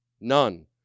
none